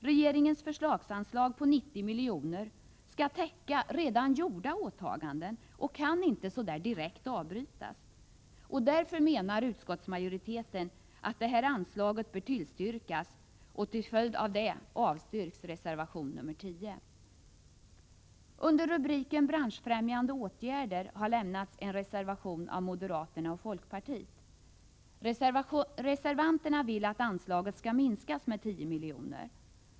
Regeringens förslagsanslag på 90 milj.kr. skall täcka redan gjorda åtaganden och kan inte så där direkt avbrytas. Därför menar utskottsmajoriteten att detta anslag bör tillstyrkas och till följd av detta avstyrks reservation nr 10. Under rubriken Branschfrämjande åtgärder har lämnats en reservation av moderaterna och folkpartiet. Reservanterna vill att anslaget skall minskas med 10 milj.kr.